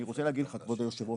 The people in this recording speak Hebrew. אני רוצה להגיד לך כבוד היושב ראש,